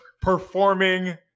performing